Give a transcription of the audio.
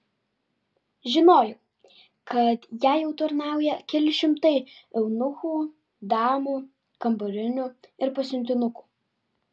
žinojau kad jai jau tarnauja keli šimtai eunuchų damų kambarinių ir pasiuntinukų